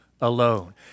alone